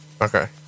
Okay